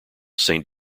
saint